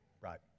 Right